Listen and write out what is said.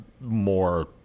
more